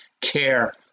care